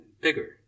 bigger